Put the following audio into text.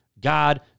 God